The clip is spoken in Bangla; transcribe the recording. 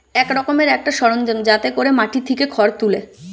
এক রকমের একটা সরঞ্জাম যাতে কোরে মাটি থিকে খড় তুলে